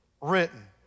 written